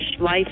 Life